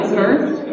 first